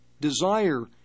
desire